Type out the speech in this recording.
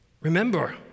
Remember